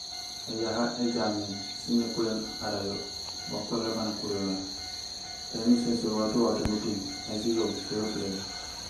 Ēyaha, éjaméén sén épuléén ara yo, bakuré baan ukuur yo mé. Eni usin so éwato wato muting, éni sijoow, so bépuléni.